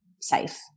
safe